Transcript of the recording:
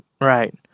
right